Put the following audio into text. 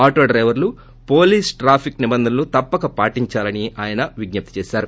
auto డైవర్లు police traffic నిబంధనలను తప్పక పాటించాలని విజ్ప ప్తి చేశారు